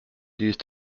used